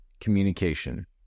Communication